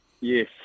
Yes